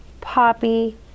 poppy